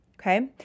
okay